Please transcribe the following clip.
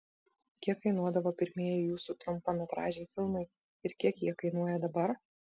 kiek kainuodavo pirmieji jūsų trumpametražiai filmai ir kiek jie kainuoja dabar